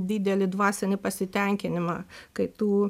didelį dvasinį pasitenkinimą kai tu